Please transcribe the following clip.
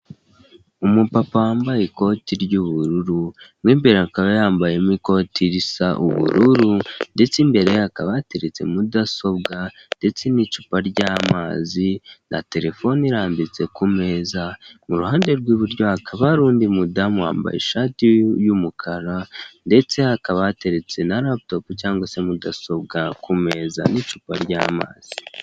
Umupapa wambaye ikoti ry'ubururu mw'imbere akaba yambayemo ikoti risa ubururu ndetse imbere hakaba hateretse mudasobwa ndetse n'icupa ry'amazi na terefone irambitse ku meza mu ruhande rw'iburyo hakaba hari undi mudamu wambaye ishati y'umukara ndetse hakaba hateretse na raputopu cyangwa se mudasobwa ku meza n'icupa ryamazi.